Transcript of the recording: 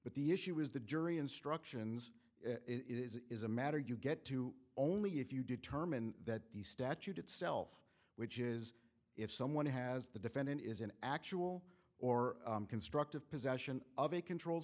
but the issue is the jury instructions it is a matter you get to only if you determine that the statute itself which is if someone has the defendant is an actual or constructive possession of a controlled